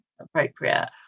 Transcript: appropriate